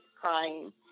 crying